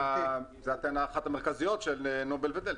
זו אחת הטענות המרכזיות של נובל ודלק.